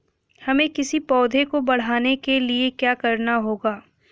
हमें किसी पौधे को बढ़ाने के लिये क्या करना होगा?